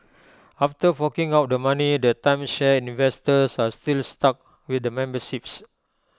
after forking out the money the timeshare investors are still stuck with the memberships